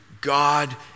God